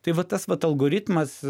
tai vat tas vat algoritmas